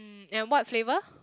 and what flavour